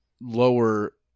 lower